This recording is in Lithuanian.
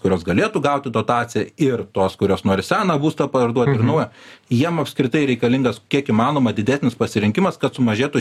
kurios galėtų gauti dotaciją ir tos kurios nori seną būstą parduot ir naują jiem apskritai reikalingas kiek įmanoma didesnis pasirinkimas kad sumažėtų